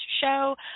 show